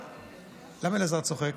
למה אלעזר צוחק?